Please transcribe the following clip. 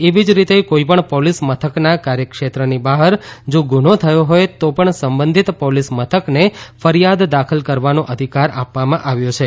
એવી જ રીતે કોઇપણ પોલીસ મથકના કાર્યક્ષેત્રની બહાર જો ગુન્છો થયો હોય તો પણ સંબંધિત પોલીસ મથકને ફરીયાદ દાખલ કરવાનો અધિકાર આપવામાં આવ્યો છે